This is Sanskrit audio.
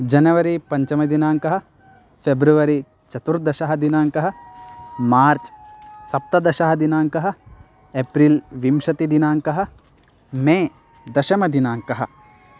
जनवरी पञ्चमदिनाङ्कः फ़ेब्रवरी चतुर्दशः दिनाङ्कः मार्ज् सप्तदशः दिनाङ्कः एप्रिल् विंशतिदिनाङ्कः मे दशमदिनाङ्कः